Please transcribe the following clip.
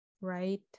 right